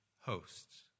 hosts